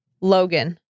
Logan